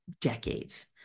decades